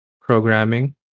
programming